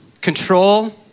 Control